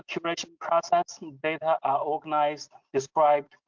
curation process, data are organized, described,